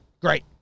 Great